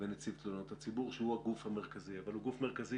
ונציב תלונות הציבור שהוא הגוף המרכזי אבל הוא גוף מרכזי